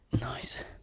Nice